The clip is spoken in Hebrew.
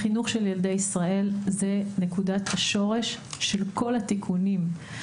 החינוך של ילדי ישראל הוא נקודת השורש של כל התיקונים.